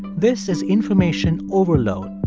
this is information overload.